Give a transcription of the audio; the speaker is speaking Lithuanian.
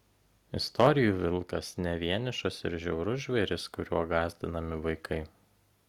istorijų vilkas ne vienišas ir žiaurus žvėris kuriuo gąsdinami vaikai